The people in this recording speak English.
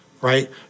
right